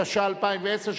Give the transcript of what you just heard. התש"ע 2010,